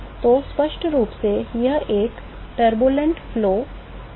तो स्पष्ट रूप से यह एक अशांत प्रवाह अशांत स्थिति है